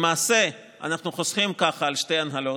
למעשה אנחנו חוסכים ככה על שתי הנהלות.